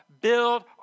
build